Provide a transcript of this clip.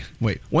Wait